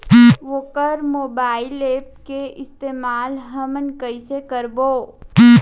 वोकर mobile app के इस्तेमाल हमन कइसे करबो?